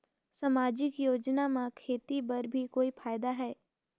समाजिक योजना म खेती बर भी कोई फायदा है?